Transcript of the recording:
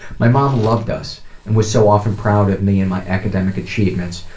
my mom loved us and was so often proud of me and my academic achievements,